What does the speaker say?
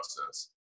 process